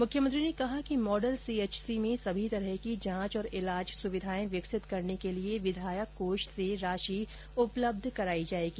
मुख्यमंत्री ने कहा कि मॉडल सीएचसी में सभी तरह की जांच और इलाज सुविधाएं विकसित करने के लिए विधायक कोष से राशि उपलब्ध कराई जाएगी